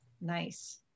nice